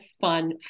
fun